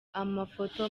amafoto